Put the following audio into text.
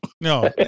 No